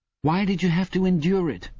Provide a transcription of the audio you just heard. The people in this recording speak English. why did you have to endure it,